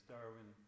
Darwin